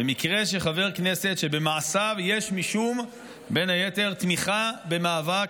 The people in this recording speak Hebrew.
במקרה של חבר כנסת שבמעשיו יש בין היתר משום תמיכה במאבק